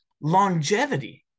longevity